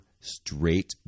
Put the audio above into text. straight